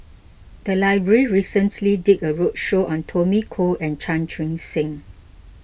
the library recently did a roadshow on Tommy Koh and Chan Chun Sing